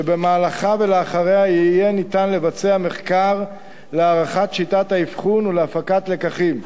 ובמהלכה ולאחריה יהיה ניתן לבצע מחקר להערכת שיטת האבחון ולהפקת לקחים.